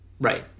Right